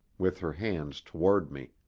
with her hands toward me.